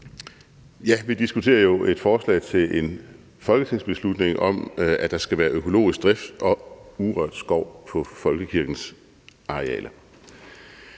Vi diskuterer jo et forslag til en folketingsbeslutning om, at der skal være økologisk drift og urørt skov på folkekirkens arealer.